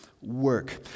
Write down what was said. work